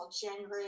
January